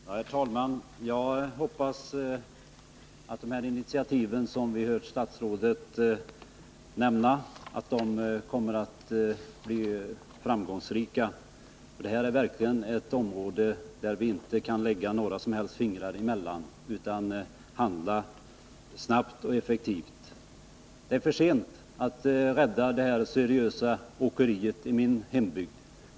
Herr talman! Jag hoppas att de här initiativen som vi hört statsrådet nämna kommer att bli framgångsrika, för det här är verkligen ett område där vi inte på något sätt kan lägga fingrarna emellan utan måste handla snabbt och effektivt. Det är för sent att rädda det här seriösa åkeriet i min hembygd.